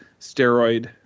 steroid